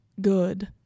good